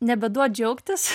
nebeduot džiaugtis